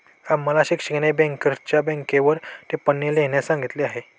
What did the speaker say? आम्हाला शिक्षिकेने बँकरच्या बँकेवर टिप्पणी लिहिण्यास सांगितली आहे